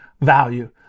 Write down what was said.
value